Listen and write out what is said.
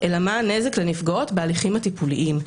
אלא מה הנזק לנפגעות בהליכים הטיפוליים.